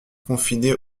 confinés